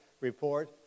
report